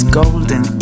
golden